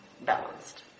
balanced